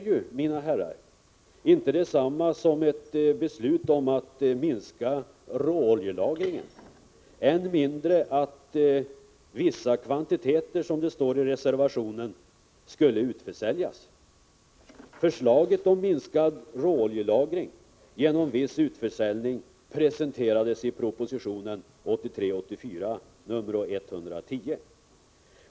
Detta är, mina herrar, inte detsamma som ett beslut om att minska råoljelagringen, än mindre att vissa kvantiteter, som det står i reservationen, skulle utförsäljas. Förslaget om att minska råoljelagringen genom viss utförsäljning presenterades i proposition 1983/84:110.